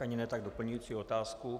Ani ne tak doplňující otázku.